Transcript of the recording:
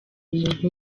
muntu